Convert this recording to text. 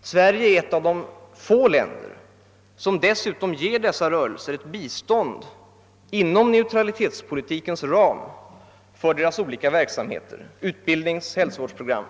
Sverige är ett av de få länder som dessutom ger dessa rörelser ett bistånd inom neutralitetspolitikens ram för deras olika verksamheter, såsom utbildningsoch hälsovårdsprogram.